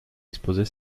exposer